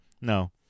no